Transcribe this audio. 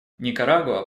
никарагуа